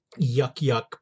yuck-yuck